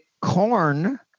corn